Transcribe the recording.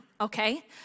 okay